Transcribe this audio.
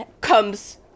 comes-